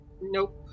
Nope